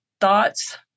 thoughts